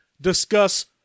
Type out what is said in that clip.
discuss